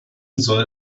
soll